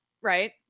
Right